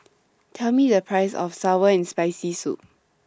Tell Me The Price of Sour and Spicy Soup